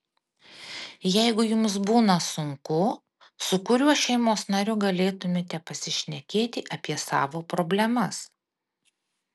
jeigu jums būna sunku su kuriuo šeimos nariu galėtumėte pasišnekėti apie savo problemas